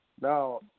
Now